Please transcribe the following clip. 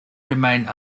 remain